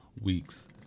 weeks